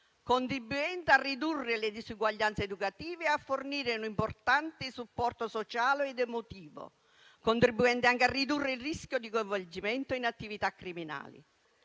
contribuendo a ridurre le disuguaglianze educative e a fornire un importante supporto sociale ed emotivo, contribuendo anche a ridurre il rischio di coinvolgimento in attività criminali.